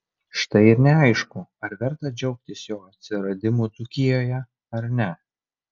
štai ir neaišku ar verta džiaugtis jo atsiradimu dzūkijoje ar ne